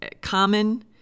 common